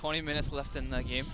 twenty minutes left in the game